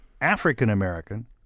African-American